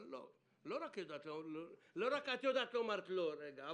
לא רק את יודעת לומר "לא, רגע".